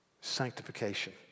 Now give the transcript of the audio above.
sanctification